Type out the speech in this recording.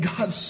God